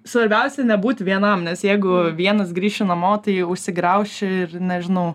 svarbiausia nebūti vienam nes jeigu vienas grįši namo tai užsigrauš ir nežinau